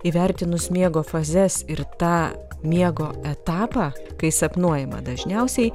įvertinus miego fazes ir tą miego etapą kai sapnuojama dažniausiai